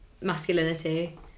masculinity